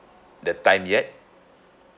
the time yet